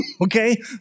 okay